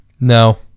No